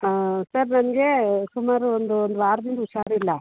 ಹಾಂ ಸರ್ ನನಗೆ ಸುಮಾರು ಒಂದು ಒಂದು ವಾರ್ದಿಂದ ಹುಷಾರಿಲ್ಲ